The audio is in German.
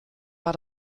war